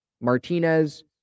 Martinez